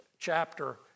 chapter